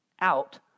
out